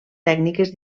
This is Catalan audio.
tècniques